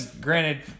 granted